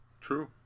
True